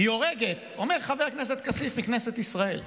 היא הורגת" אומר חבר הכנסת כסיף מכנסת ישראל,